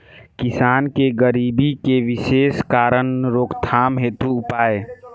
किसान के गरीबी के विशेष कारण रोकथाम हेतु उपाय?